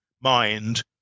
mind